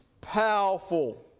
powerful